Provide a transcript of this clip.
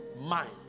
mind